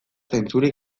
zainzuri